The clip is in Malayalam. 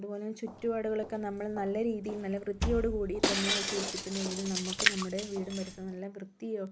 അതുപോലെ ചുറ്റുപാടുകളൊക്കെ നമ്മള് നല്ല രീതിയിൽ നല്ല വൃത്തിയോടുകൂടി തന്നെ സൂക്ഷിച്ചിട്ടുണ്ടെങ്കിൽ നമുക്ക് നമുടെ വീടും പരിസരവും നല്ല വൃത്തിയോ